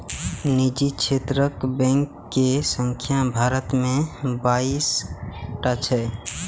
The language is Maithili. निजी क्षेत्रक बैंक के संख्या भारत मे बाइस टा छै